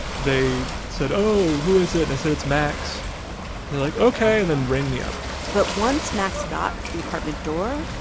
they said, oh, who is it? i said, it's max. they're like, ok, and then rang me up but once max got to the apartment door,